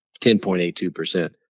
10.82%